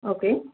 okay